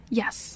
yes